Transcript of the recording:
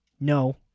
No